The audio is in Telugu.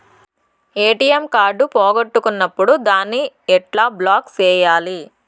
ఎ.టి.ఎం కార్డు పోగొట్టుకున్నప్పుడు దాన్ని ఎట్లా బ్లాక్ సేయాలి